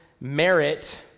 merit